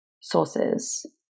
sources